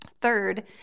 Third